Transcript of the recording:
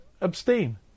abstain